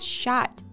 shot